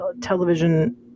television